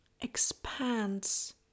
expands